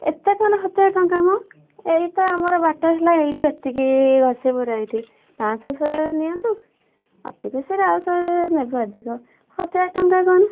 ଏତେ କ'ଣ ହଜାର ଟଙ୍କା ମ ଏଇତ ଆମର ବାଟ ହେଲା ଏଇଠୁ ଏତିକି ଘସିପୁରା ଏଇଠି ପାଞ୍ଚଶହ ସାର୍ ନିଅନ୍ତୁ ଅତି ବେଶୀରେ ଆଉ ଶହେ ନେବେ ଅଧିକ ହଜାରେ ଟଙ୍କା କ'ଣ